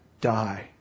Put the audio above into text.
die